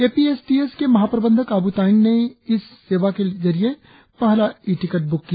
ए P S T S के महा प्रबंधक आबु तायेंग ने इस सेवा के जरिए पहला ई टिकट बुक किया